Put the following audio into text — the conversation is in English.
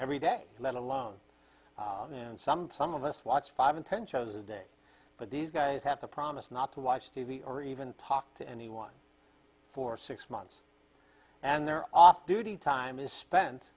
every day let alone and some some of us watch five and ten shows a day but these guys have to promise not to watch t v or even talk to anyone for six months and their off duty time is spent